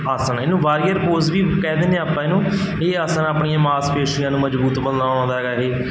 ਆਸਣ ਇਹਨੂੰ warrior pose ਵੀ ਕਹਿ ਦਿੰਦੇ ਆਪਾਂ ਇਹਨੂੰ ਇਹ ਆਸਣ ਆਪਣੀਆਂ ਮਾਸਪੇਸ਼ੀਆਂ ਨੂੰ ਮਜ਼ਬੂਤ ਬਣਾਉਂਦਾ ਹੈਗਾ ਇਹ